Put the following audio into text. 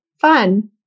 Fun